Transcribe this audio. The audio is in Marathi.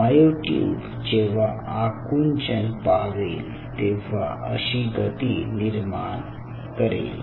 मायोट्यूब जेव्हा आकुंचन पावेल तेव्हा अशी गती निर्माण करेल